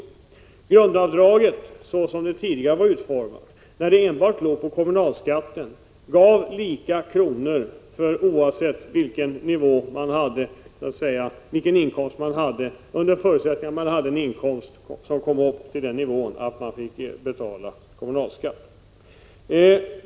Såsom grundavdraget tidigare var utformat, när det avsåg enbart kommunalskatten, uppgick det till samma krontal oavsett vilken inkomst man hade, under förutsättning att inkomsten kom upp till den nivån att man fick betala kommunalskatt.